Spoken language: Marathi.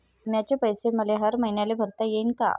बिम्याचे पैसे मले हर मईन्याले भरता येईन का?